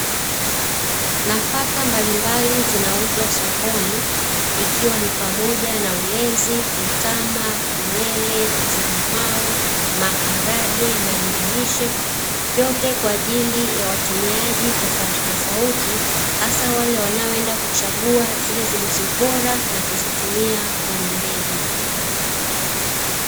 Nafaka mbalimbali zinauzwa sokoni ikiwa ni pamoja na ulezi, mtama, uwele, njugu mawe, maharage, mahindi lishe vyote kwa ajili ya watumiaji tofautitofauti, hasa wale wanaoenda kuchagua zile zilizo bora na kuzitumia kwenye mbegu.